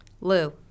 Lou